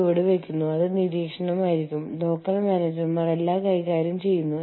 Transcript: കൂടാതെ നിങ്ങൾ അവ വിൽക്കുന്നു